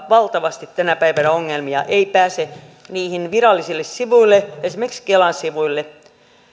tänä päivänä valtavasti ongelmia ei pääse niille virallisille sivuille esimerkiksi kelan sivuille